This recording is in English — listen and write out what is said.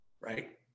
Right